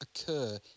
occur